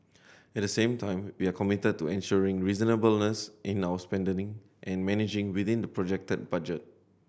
at the same time we are committed to ensuring reasonableness in our spending and managing within the projected budget